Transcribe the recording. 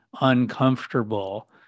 uncomfortable